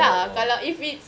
oh oh